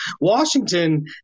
Washington